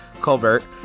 colbert